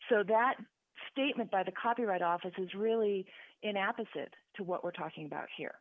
so that statement by the copyright office is really in opposite to what we're talking about here